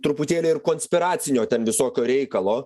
truputėlį ir konspiracinio ten visokio reikalo